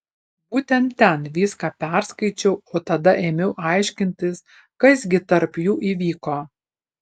būtent ten viską perskaičiau o tada ėmiau aiškintis kas gi tarp jų įvyko